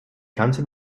kanzel